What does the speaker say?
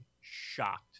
shocked